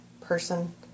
person